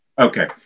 Okay